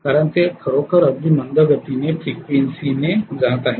कारण ते खरोखर अगदी मंद गतीने फ्रिक्वेन्सी ने जात आहे